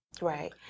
Right